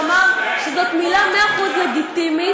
הוא אמר שזאת מילה מאה אחוז לגיטימית,